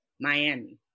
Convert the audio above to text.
Miami